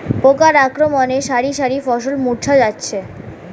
পোকার আক্রমণে শারি শারি ফসল মূর্ছা যাচ্ছে